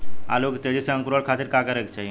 आलू के तेजी से अंकूरण खातीर का करे के चाही?